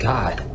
God